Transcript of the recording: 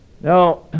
Now